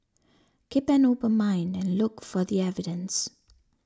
keep an open mind and look for the evidence